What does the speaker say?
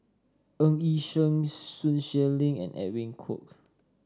Ng Yi Sheng Sun Xueling and Edwin Koek